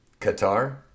qatar